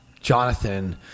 Jonathan –